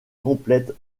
complètes